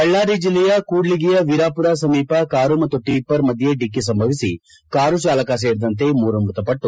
ಬಳ್ಳಾರಿ ಜಿಲ್ಲೆಯ ಕೂಡ್ಲಿಗಿಯ ವೀರಾಮರ ಸಮೀಪ ಕಾರು ಮತ್ತು ಟಿಪ್ಪರ್ ಮಧ್ಯೆ ಡಿಕ್ಕಿ ಸಂಭವಿಸಿ ಕಾರು ಚಾಲಕ ಸೇರಿದಂತೆ ಮೂವರು ಮೃತಪಟ್ಟು